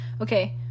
Okay